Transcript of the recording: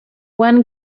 one